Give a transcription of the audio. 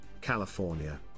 California